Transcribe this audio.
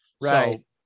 Right